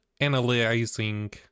analyzing